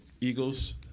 Eagles